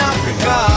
Africa